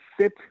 sit